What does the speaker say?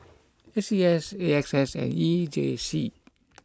A C S A X S and E J C